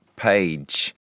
page